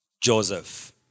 Joseph